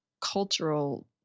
cultural